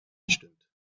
gestimmt